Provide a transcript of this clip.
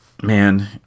Man